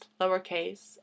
lowercase